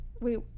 Wait